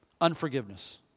Unforgiveness